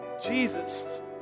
Jesus